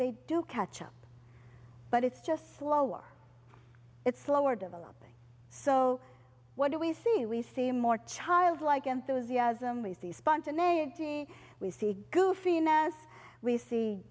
they do catch up but it's just slower it's slower developing so what do we see we see more childlike enthusiasm we see spontaneity we see goofy and as we see